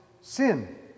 sin